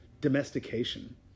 domestication